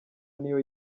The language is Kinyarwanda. niyo